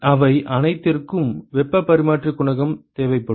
அவை அனைத்திற்கும் வெப்ப பரிமாற்ற குணகம் தேவைப்படும்